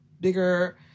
bigger